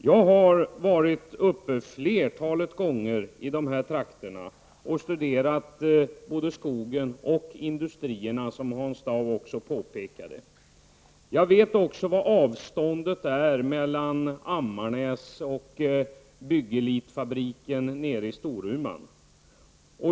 Jag har varit ett flertal gånger i dessa trakter och studerat skogen och industrierna, som även Hans Dau påpekade. Jag vet också vad avståndet är mellan Ammernäs och Byggelitfabriken i Storuman.